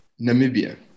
Namibia